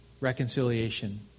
reconciliation